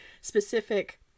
specific